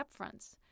upfronts